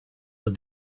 but